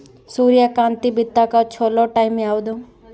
ಸೂರ್ಯಕಾಂತಿ ಬಿತ್ತಕ ಚೋಲೊ ಟೈಂ ಯಾವುದು?